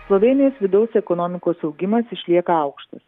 slovėnijos vidaus ekonomikos augimas išlieka aukštas